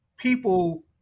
People